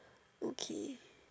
okay